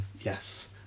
Yes